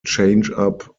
changeup